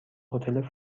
هتل